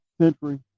Century